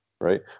right